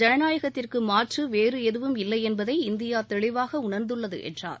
ஜனநாயகத்திற்கு மாற்று வேறு எதுவும் இல்லை என்பதை இந்தியா தெளிவாக உணர்ந்துள்ளது என்றார்